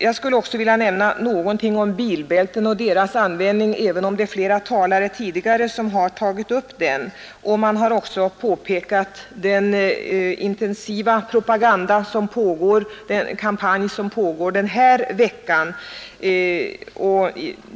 Jag skulle också vilja säga någonting om bilbälten och deras användning, även om flera talare tidigare tagit upp den saken och även framhållit den intensiva kampanj som pågår den här veckan.